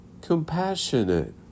compassionate